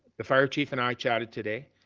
the fire chief and i chatted today,